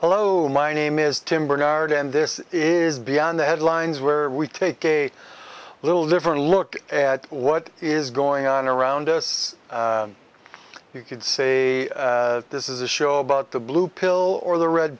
hello my name is tim barnard and this is beyond the headlines where we take a little different look at what is going on around us you could say this is a show about the blue pill or the red